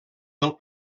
del